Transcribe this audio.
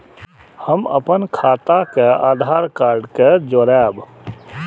हम अपन खाता के आधार कार्ड के जोरैब?